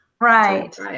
Right